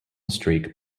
streak